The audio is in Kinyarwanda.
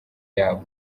yabo